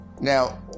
Now